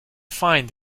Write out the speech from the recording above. find